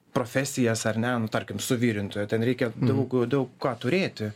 profesijas ar ne nu tarkim suvirintojo ten reikia daug daug ką turėti